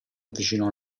avvicinò